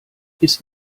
ist